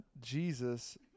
Jesus